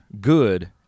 good